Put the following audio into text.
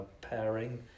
pairing